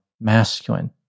masculine